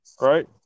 Right